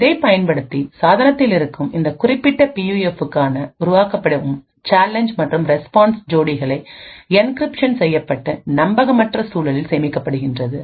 இதைப் பயன்படுத்தி சாதனத்தில் இருக்கும் இந்த குறிப்பிட்ட பியூஎஃப்புக்காக உருவாக்கப்படும் சேலஞ்ச் மற்றும் ரெஸ்பான்ஸ் ஜோடிகள் என்கிரிப்ஷன் செய்யப்பட்டு நம்பகமற்ற சூழலில் சேமிக்கப்படுகின்றன